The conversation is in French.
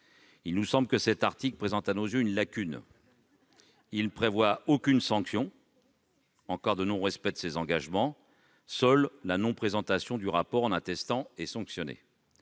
Pour autant, cet article présente à nos yeux une lacune : il ne prévoit aucune sanction en cas de non-respect de ces engagements ; seule la non-présentation du rapport est sanctionnée.